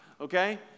okay